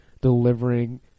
delivering